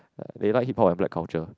they like hip hop and black culture